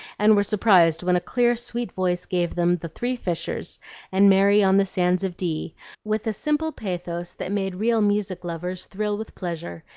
and were surprised when a clear sweet voice gave them the three fishers and mary on the sands of dee with a simple pathos that made real music-lovers thrill with pleasure,